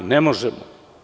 Ne možemo.